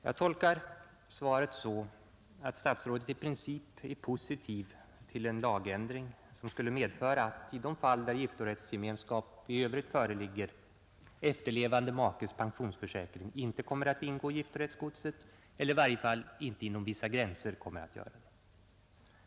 Jag tolkar svaret så att statsrådet i princip är positiv till en lagändring som skulle medföra att — i de fall då giftorättsgemenskap i övrigt föreligger — efterlevande makes pensionsförsäkring inte kommer att ingå i giftorättsgodset eller i varje fall inom vissa gränser inte kommer att göra det.